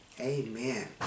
Amen